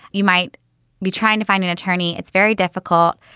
you might be trying to find an attorney. it's very difficult.